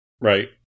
right